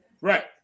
right